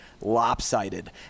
lopsided